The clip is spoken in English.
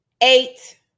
eight